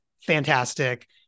fantastic